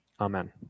Amen